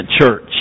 church